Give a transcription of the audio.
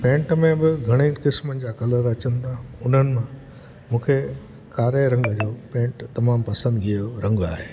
pant में बि घणई क़िस्मनि जा कलर अचनि था उन्हनि मूंखे कारे रंग जो पैंट तमामु पसंदिगीअ जो रंगु आहे